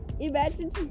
Imagine